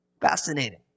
Fascinating